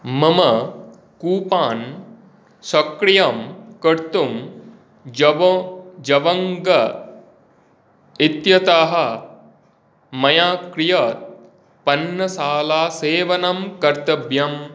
मम कूपान् सक्रियं कर्तुं जबो जवङ्ग इत्यताः मया किया पर्णन्नशालासेवनं कर्तव्यम्